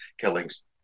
killings